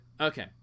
Okay